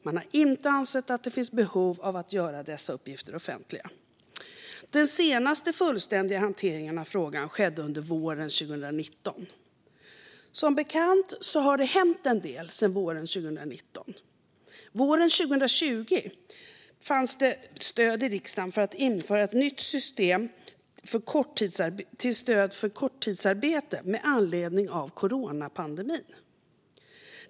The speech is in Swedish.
Man har inte ansett att det finns behov av att göra dessa uppgifter offentliga. Den senaste fullständiga hanteringen av frågan skedde under våren 2019. Som bekant har det hänt en del sedan våren 2019. Våren 2020 fanns det stöd i riksdagen för att införa ett nytt system för stöd till korttidsarbete med anledning av coronapandemin.